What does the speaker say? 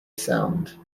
sound